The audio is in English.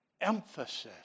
emphasis